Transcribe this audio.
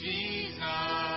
Jesus